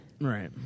Right